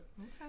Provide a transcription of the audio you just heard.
Okay